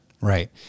Right